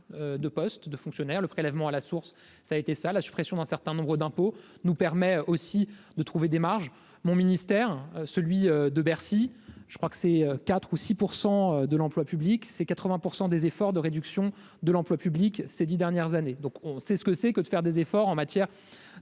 de postes de fonctionnaires, le prélèvement à la source, ça a été ça : la suppression d'un certain nombre d'impôts nous permet aussi de trouver des marges mon ministère, celui de Bercy, je crois que c'est 4 ou 6 % de l'emploi public, c'est 80 % des efforts de réduction de l'emploi public, ces 10 dernières années, donc on sait ce que c'est que de faire des efforts en matière